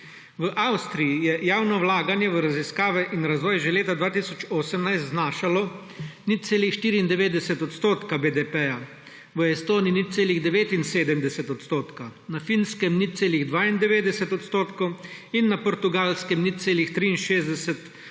V Avstriji je javno vlaganje v raziskave in razvoj že leta 2018 znašalo 0,94 odstotka BDP-ja, v Estoniji 0,79 odstotka, na Finskem 0,92 odstotka in na Portugalskem 0,64 odstotka